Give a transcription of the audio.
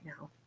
now